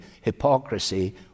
hypocrisy